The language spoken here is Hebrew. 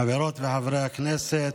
חברות וחברי הכנסת,